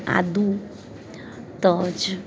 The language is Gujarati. આદું તજ